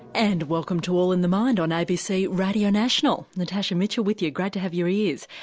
and welcome to all in the mind on abc radio national. natasha mitchell with you, great to have your ears.